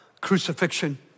crucifixion